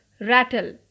Rattle